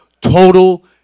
total